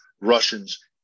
Russians